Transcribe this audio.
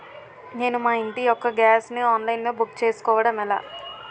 నేను మా ఇంటి యెక్క గ్యాస్ ను ఆన్లైన్ లో బుక్ చేసుకోవడం ఎలా?